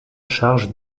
charge